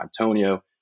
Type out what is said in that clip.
Antonio